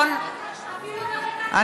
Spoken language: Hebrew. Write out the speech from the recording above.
(קוראת בשם חבר הכנסת) אילן גילאון,